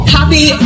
Happy